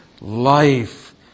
life